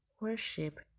worship